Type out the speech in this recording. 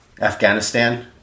Afghanistan